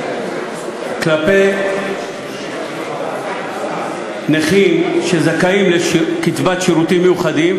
כלפי נכים שזכאים לקצבת שירותים מיוחדים,